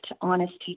honesty